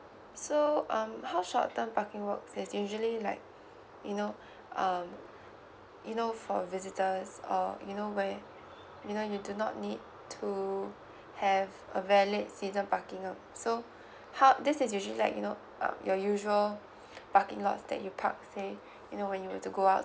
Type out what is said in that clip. so um how short term parking works is usually like you know um you know for visitors err you know where you know you do not need to have a valid season parking uh so how this is usually like you know uh your usual parking lots that you parks here you know when you were to go out